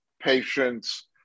patients